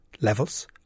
levels